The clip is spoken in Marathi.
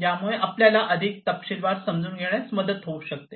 ज्यामुळे आपल्याला अधिक तपशीलवार समजून घेण्यात मदत होऊ शकते